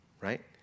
Right